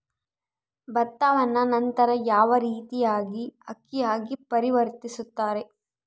ಭತ್ತವನ್ನ ನಂತರ ಯಾವ ರೇತಿಯಾಗಿ ಅಕ್ಕಿಯಾಗಿ ಪರಿವರ್ತಿಸುತ್ತಾರೆ?